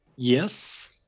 Yes